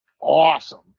awesome